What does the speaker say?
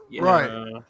right